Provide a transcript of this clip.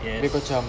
abeh kau macam